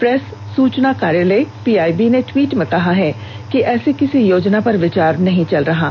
press सूचना कार्यालय PIB ने ट्वीट में कहा है कि ऐसी किसी योजना पर विचार नहीं चल रहा है